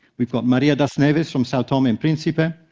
we've got maria das neves from sao tome and principe.